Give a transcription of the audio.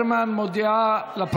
חברת הכנסת יעל גרמן מודיעה לפרוטוקול: